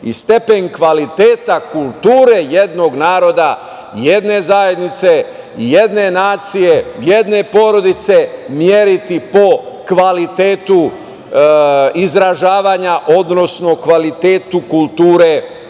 i stepen kvaliteta kulture jednog naroda, jedne zajednice i jedne nacije, jedne porodice meriti po kvalitetu izražavanja, odnosno kvalitetu kulture,